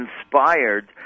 inspired